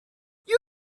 you